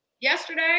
yesterday